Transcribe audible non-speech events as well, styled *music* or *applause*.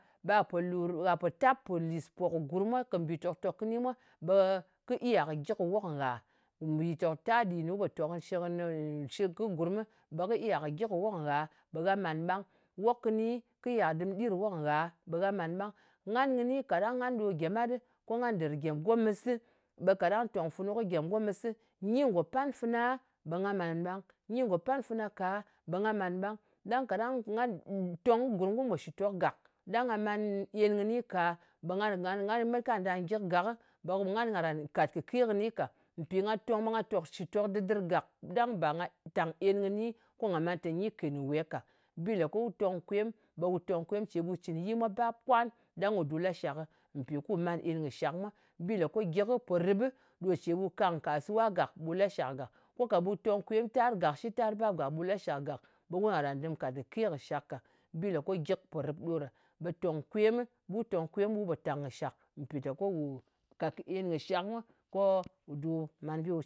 Ɓa pò lu *hesitation* ɓa po tap kɨ lis pò kɨ gurm mwa, ka mbì tòk-tòk kɨni mwa ɓe kɨ iya kɨ gyik kɨ wok ngà? Nɗìn tòng taɗi, ne wu pò tong ni cir kɨ gurmɨ, ɓe kɨ iya gyik kɨ wok ngha, ɓe gha man ɓang. Wok kɨni kɨ iya dɨm ɗir wok ngha ɓe gha man ɓang. Ngan kɨni kaɗang ngan ɗo gyemat ɗɨ, ko ngan dɨr gyèmgomɨsɨ, ɓa kaɗang tòng funu kɨ gyemgomɨsi, nyi ngò pan fɨna, ɓe nga man ɓang. Nyi ngò pan fɨna ka, ɓe nga man ɓang. Ɗang kaɗang nga tong kɨ gurm kum pò shitok gak, ɗang nga man en kɨni ka, ɓe ngan, ngan *unintelligible* nga met ka da gyik gakɨ, ɓe ngan karan kàt kɨ ke kɨni ka. Mpì nga tòng ɓe nga tòkshìtok dɨdɨr gak, ɗang ba nga tàng en kɨni, ko ngà màn tè nyi kèn kɨ we ka. Bi le ko wu tong kwem, ɓe wu tòng kwem. Ce ɓu cɨn yi mwa bap, kwan ɗang ku du lashak ɗɨ. Mpì ku man en kɨ shak mwa. Bi lè ko gyik, po rɨp ɓɨ, ko ce ɓu kang nkàsuwa gàk, ɓu lashak gàk. Ko ka ɓu tong kwem tar gàkshit, tar bap gàk bu lashak gàk, ɓe wun karan dɨm kàt kɨ ke kɨ shak ka. Bi lè ko gyik pò rɨp ɗo ɗa. Ɓè tòng kwemɨ, wu tong kwem, ɓu pò tàng kɨ shàk mpìteko wù kàt kɨ en kɨ shak mwa, ko wù ɗu man bi.